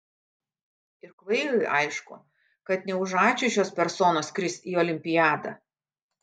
ir kvailiui aišku kad ne už ačiū šios personos skris į olimpiadą